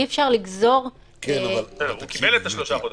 אי-אפשר לגזור --- אבל הוא קיבל את השלושה חודשים.